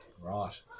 Right